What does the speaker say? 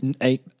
eight